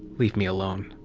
leave me alone.